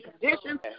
conditions